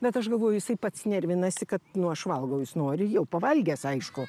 bet aš galvoju jisai pats nervinasi kad nu aš valgau jis nori jau pavalgęs aišku